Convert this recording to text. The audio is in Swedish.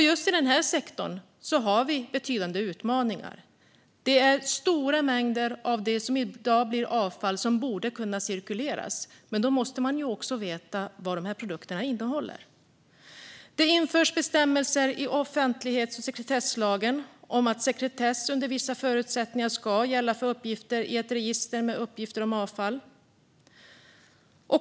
Just i denna sektor har vi betydande utmaningar. Det är stora mängder av det som i dag blir avfall som borde kunna cirkuleras, men då måste man också veta vad produkterna innehåller. Det införs bestämmelser i offentlighets och sekretesslagen om att sekretess under vissa förutsättningar ska gälla för uppgifter i ett register med uppgifter om avfall.